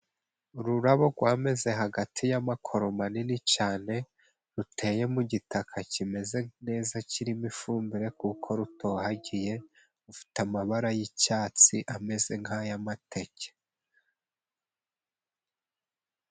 Ururabo rw'ameze hagati y'amakoro manini cyane, ruteye mu gitaka kimeze neza kirimo ifumbire, kuko rutohagiye rufite amabara y'icyatsi ameze nk'aya mateke.